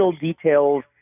details